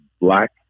black